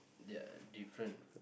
they are different